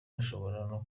bashobora